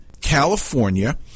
California